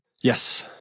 Yes